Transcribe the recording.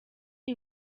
iyi